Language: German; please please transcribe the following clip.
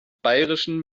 bayerischen